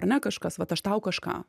ar ne kažkas vat aš tau kažką